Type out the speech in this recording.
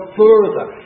further